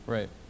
Right